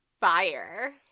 fire